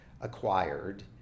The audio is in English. acquired